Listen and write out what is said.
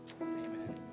Amen